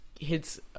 hits